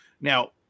Now